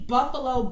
Buffalo